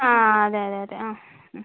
ആ അതെയതെയതെ ആ